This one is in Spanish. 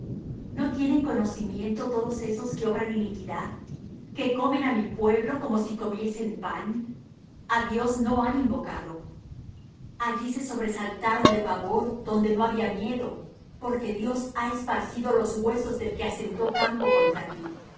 no tienen conocimiento todos esos que obran iniquidad que comen á mi pueblo como si comiesen pan a dios no han invocado allí se sobresaltaron de pavor donde no había miedo porque dios ha esparcido los huesos del que asentó campo contra ti